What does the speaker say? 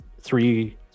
three